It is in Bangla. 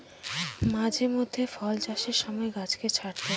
মাঝে মধ্যে ফল চাষের সময় গাছকে ছাঁটতে হয়